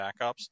backups